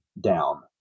down